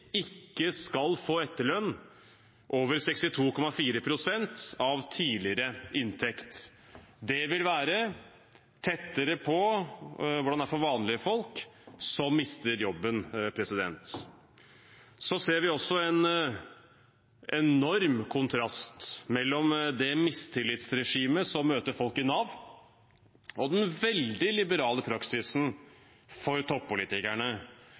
ikke skal få etterlønn over 62,4 pst. av tidligere inntekt. Det vil være tettere på hvordan det er for vanlige folk som mister jobben. Vi ser også en enorm kontrast mellom det mistillitsregimet som møter folk i Nav, og den veldig liberale praksisen for toppolitikerne.